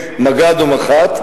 מג"ד או מח"ט,